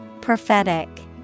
Prophetic